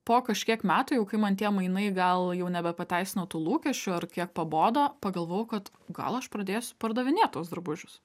po kažkiek metų jau kai man tie mainai gal jau nebepateisino tų lūkesčių ar kiek pabodo pagalvojau kad gal aš pradėsiu pardavinėt tuos drabužius